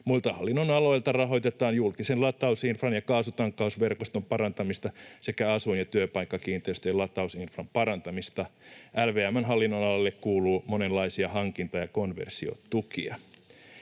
Muilta hallinnonaloilta rahoitetaan julkisen latausinfran ja kaasutankkausverkoston parantamista sekä asuin- ja työpaikkakiinteistöjen latausinfran parantamista. LVM:n hallinnonalalle kuuluu monenlaisia hankinta- ja konversiotukia.